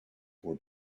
were